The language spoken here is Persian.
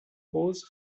حوض